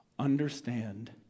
understand